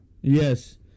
Yes